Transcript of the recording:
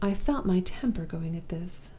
i felt my temper going at this.